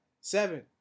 seven